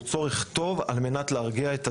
הוא צורך טוב על מנת להרגיע את הזוגות.